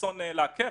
רצון לעכב.